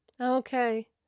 Okay